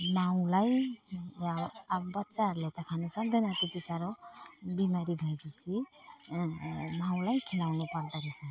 माउलाई यहाँ अब अब बच्चाहरूले खानु सक्दैन त्यति साह्रो बिमारी भए पछि माउलाई खुवाउनु पर्दाे रहेछ